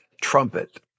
trumpet